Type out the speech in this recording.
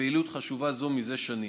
בפעילות חשובה זו מזה שנים.